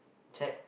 check